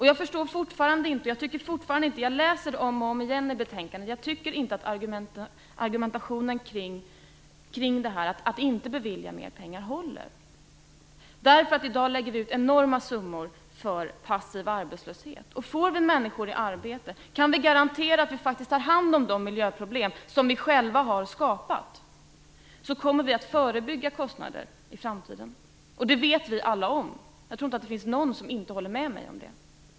Jag förstår fortfarande inte, jag läser om och om igen i betänkandet, men jag tycker inte att argumentationen för att inte bevilja mer pengar håller. I dag lägger vi ut enorma summor för passiv arbetslöshet. Får vi människor i arbete kan det garantera att vi faktiskt tar hand om de miljöproblem som vi själva har skapat. På det sättet kommer vi att förebygga kostnader i framtiden. Det vet vi alla om. Jag tror inte att det finns någon som inte håller med mig om det.